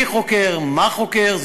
מי חוקר, מה חוקר.